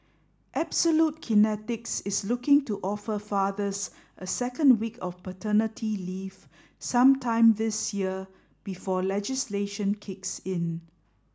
absolute Kinetics is looking to offer fathers a second week of paternity leave sometime this year before legislation kicks in